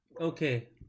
okay